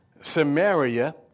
Samaria